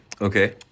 Okay